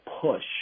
push